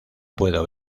puedo